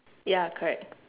ya correct